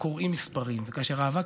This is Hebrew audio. אבל הטענה